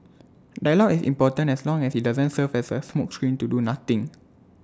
dialogue is important as long as IT doesn't serve as A smokescreen to do nothing